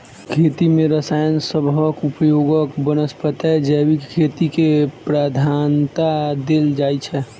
खेती मे रसायन सबहक उपयोगक बनस्पैत जैविक खेती केँ प्रधानता देल जाइ छै